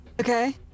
Okay